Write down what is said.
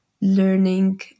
learning